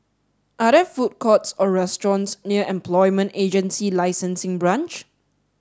are there food courts or restaurants near Employment Agency Licensing Branch